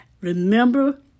Remember